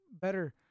better